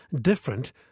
different